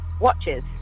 Watches